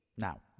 Now